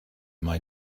mae